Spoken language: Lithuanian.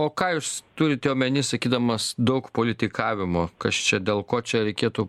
o ką jūs turite omeny sakydamas daug politikavimo kas čia dėl ko čia reikėtų